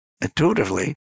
intuitively